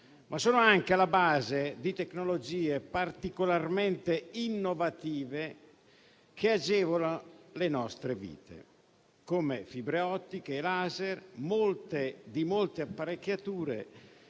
ma sono anche alla base di tecnologie particolarmente innovative che agevolano le nostre vite, come fibre ottiche, laser, di molte apparecchiature